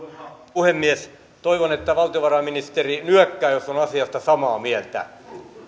puhemies toivon että valtiovarainministeri nyökkää jos on asiasta samaa mieltä